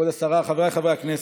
חבריי חברי הכנסת,